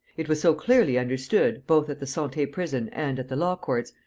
it was so clearly understood, both at the sante prison and at the law courts,